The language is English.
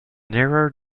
nearer